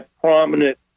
prominent